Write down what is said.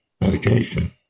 medication